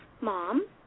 mom